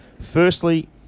Firstly